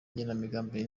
igenamigambi